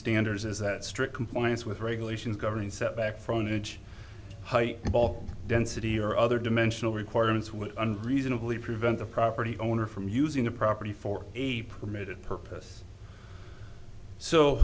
standards is that strict compliance with regulations governing setback frontage high ball density or other dimensional requirements would under reasonably prevent the property owner from using the property for april mid purpose so